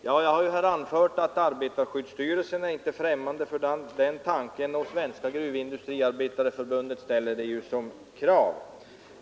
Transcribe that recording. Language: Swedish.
Jag har här anfört att arbetarskyddsstyrelsen inte är främmande för tanken på längre semester och att Svenska gruvindustri arbetareförbundet ställer det som krav.